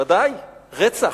ודאי, רצח.